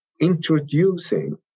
introducing